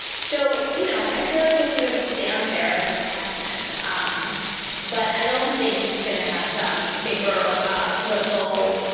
so, you know, i feel like it sort of stands there as this testament. um but i don't think it's going to have some bigger political,